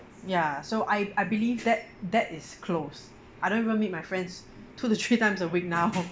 ya so I I believe that that is close I don't even meet my friends two to three times a week now